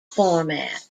format